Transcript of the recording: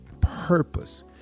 purpose